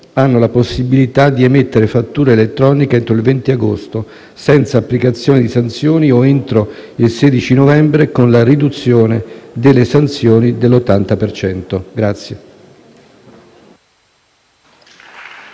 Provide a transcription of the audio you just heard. hanno la possibilità di emettere fattura elettronica entro il 20 agosto, senza applicazione di sanzioni, o entro il 16 novembre con la riduzione delle sanzioni dell'80 per